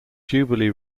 jubilee